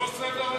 מה עם סעיפים